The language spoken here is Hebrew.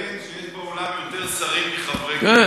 אני מבקש לציין שיש באולם יותר שרים מחברי כנסת.